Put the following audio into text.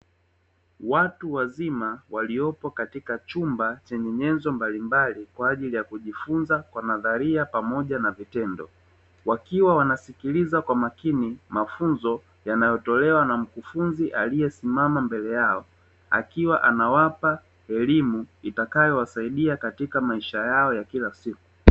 Watu wazima waliopo katika chumba chenye nyenzo mbalimbali kwa ajili ya kujifunza kwa nadharia pamoja na vitendo, wakiwa wanasikiliza kwa makini mafunzo yanayotolewa na mkufunzi aliyesimama mbele yao, akiwa anawapa elimu itakayowasaidia katika maisha yao ya kila siku.